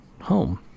home